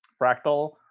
fractal